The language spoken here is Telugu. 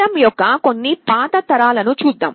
ARM యొక్క కొన్ని పాత తరాలను చూద్దాం